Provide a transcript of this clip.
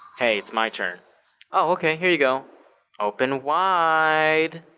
hey it's my turn oh, here you go open wide.